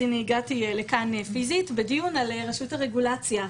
אז הנה הגעתי לכאן פיסית בדיון על רשות הרגולציה.